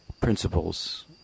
principles